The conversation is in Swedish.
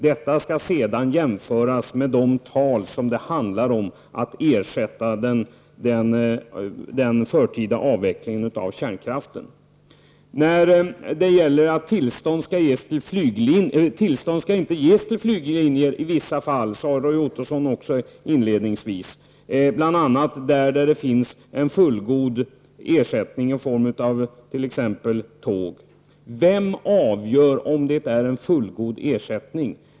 Detta skall sedan jämföras med de tal det blir fråga om vid den förtida avvecklingen av kärnkraften. Roy Ottosson sade också inledningsvis att tillstånd inte skall ges till flyglinjer i vissa fall, bl.a. när det finns en fullgod ersättning i form av t.ex. tåg. Vem avgör om det är en fullgod ersättning?